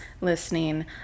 listening